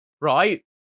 right